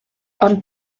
ond